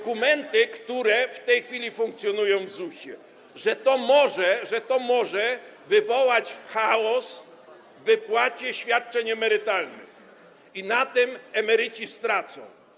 które w tej chwili funkcjonują w ZUS-ie, że to może wywołać chaos w wypłacie świadczeń emerytalnych i na tym emeryci stracą.